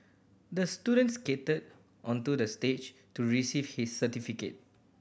the student skated onto the stage to receive his certificate